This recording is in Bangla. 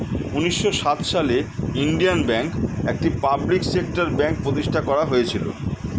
উন্নিশো সাত সালে ইন্ডিয়ান ব্যাঙ্ক, একটি পাবলিক সেক্টর ব্যাঙ্ক প্রতিষ্ঠান করা হয়েছিল